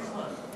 הרב ליצמן,